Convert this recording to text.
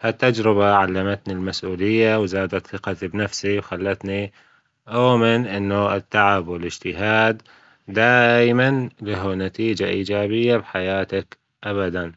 هالتجربة علمتني المسئولية وزادت ثجتي بنفسي وخلتني أؤمن إنه التعب والإجتهاد دائما له نتيجة إيجابية بحياتك أبدا.